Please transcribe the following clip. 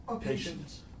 patience